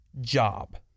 job